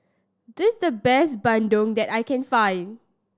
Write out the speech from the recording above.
this is the best Bandung that I can find